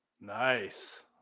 Nice